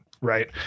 right